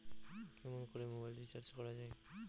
কেমন করে mobile recharge করা য়ায়?